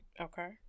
Okay